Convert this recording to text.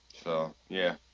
so yeah